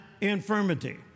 infirmity